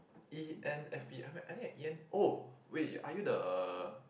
e_n_f_p I mean I mean E_N oh wait are you the